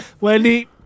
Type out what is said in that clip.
Wendy